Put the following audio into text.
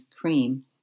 cream